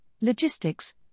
logistics